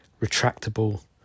retractable